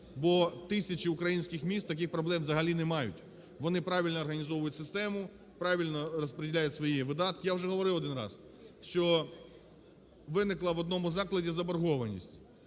Бо тисячі українських міст таких проблем взагалі не мають, вони правильно організовують систему, правильно розприділяють свої видатки. Я вже говорив один раз, що виникла в одному закладі заборгованість,